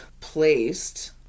placed